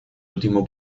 último